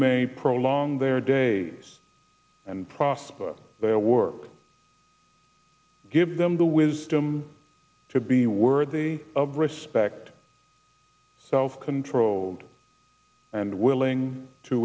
may prolong their days and prosper work give them the wisdom to be worthy of respect self control and willing to